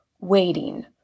waiting